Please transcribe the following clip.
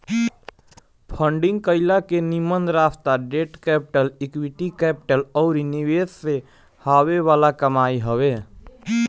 funding कईला के निमन रास्ता डेट कैपिटल, इक्विटी कैपिटल अउरी निवेश से हॉवे वाला कमाई हवे